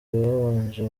babanje